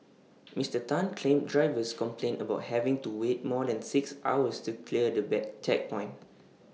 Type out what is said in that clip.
Mister Tan claimed drivers complained about having to wait more than six hours to clear the back checkpoint